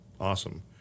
awesome